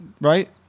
right